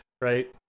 right